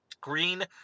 Green